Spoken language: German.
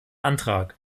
antrag